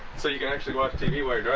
so you can actually watch tv. we're